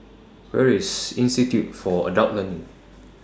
Where IS Institute For Adult Learning